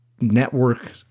network